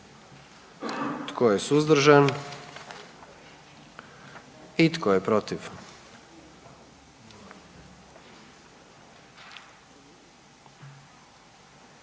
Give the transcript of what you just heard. Tko je suzdržan? I tko je protiv?